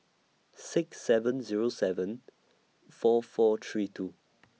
six seven Zero seven four four three two